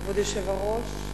כבוד היושב-ראש,